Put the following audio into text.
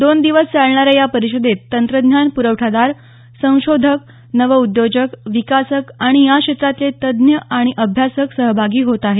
दोन दिवस चालणाऱ्या या परिषदेत तंत्रज्ञान पुरवठादार संशोधक नव उद्योजक विकासक आणि या क्षेत्रातले तज्ञ आणि अभ्यासक सहभागी होत आहेत